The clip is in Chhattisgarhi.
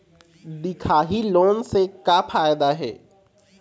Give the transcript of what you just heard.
दिखाही लोन से का फायदा हे?